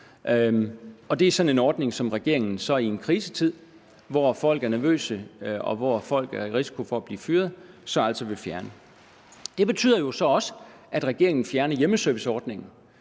det er sådan en ordning, som regeringen så i en krisetid, hvor folk er nervøse, og hvor folk er i risiko for at blive fyret, altså vil fjerne. Det betyder jo så også, at regeringen fjerner hjemmeserviceordningen